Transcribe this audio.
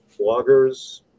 bloggers